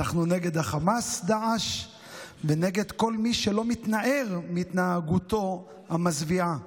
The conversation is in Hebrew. אנחנו נגד חמאס-דאעש ונגד כל מי שלא מתנער מהתנהגותו המזוויעה,